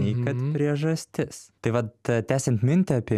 nei kad priežastis tai vat tęsiant mintį apie